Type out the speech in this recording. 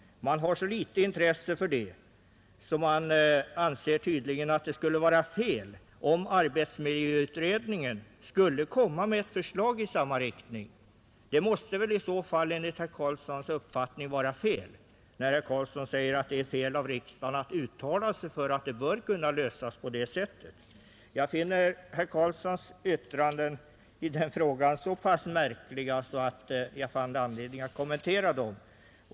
Man har så litet intresse för det, att man tydligen anser att det skulle vara fel om arbetsmiljöutredningen skulle avge ett förslag i samma riktning. Det måste väl i så fall enligt herr Karlssons uppfattning vara fel, när han säger att riksdagen inte bör uttala sig för att saken bör kunna ordnas på det sättet. Jag fann herr Karlssons yttranden i denna fråga så märkliga att jag ansåg mig ha anledning att kommentera dem.